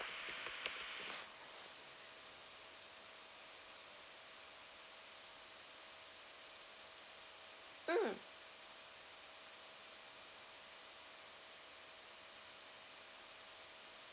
mm